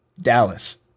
Dallas